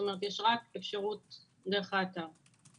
יש רק אפשרות דרך האפליקציה.